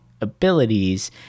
abilities